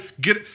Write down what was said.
get